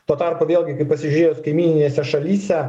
tuo tarpu vėlgi kaip pasižiūrėjus kaimyninėse šalyse